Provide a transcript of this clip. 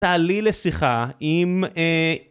תעלי לשיחה עם...